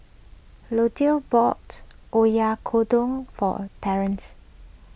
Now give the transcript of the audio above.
Lutie bought Oyakodon for Terance